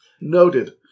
Noted